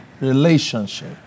Relationship